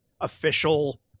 official